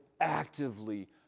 actively